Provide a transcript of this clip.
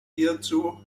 hierzu